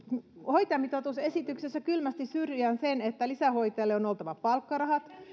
hoitajamitoitusesityksessä kylmästi syrjään sen että lisähoitajille on on oltava palkkarahat